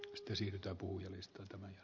vastasin että ole